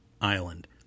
island